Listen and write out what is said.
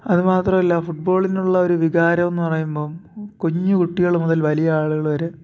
അത് മാത്രമല്ല ഫൂട്ബാളിനുള്ള ഒരു വികാരം എന്ന് പറയുമ്പം കുഞ്ഞ് കുട്ടികൾ മുതൽ വലിയ ആളുകൾ വരെ